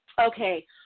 Okay